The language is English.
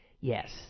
yes